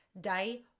Day